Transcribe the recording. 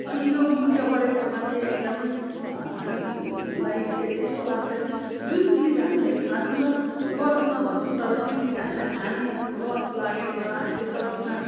अनि यो मूल्य बढेकोमा चाहिँ एकदमै हामीलाई यस्तो लाग्छ कि जुन चिज हामीले खादैनौँ गर्दैनौँ भन्छौँ कि तर त्यो चिज हामीलाई खाने लत लागेको छ हामीले सब्जीमा